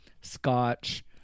scotch